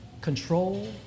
control